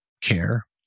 care